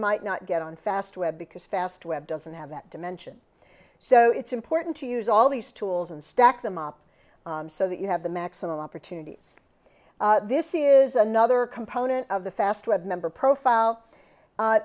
might not get on fast web because fast web doesn't have that dimension so it's important to use all these tools and stack them up so that you have the maximum opportunities this is another component of the fast web member profile